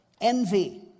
envy